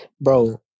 Bro